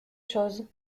chose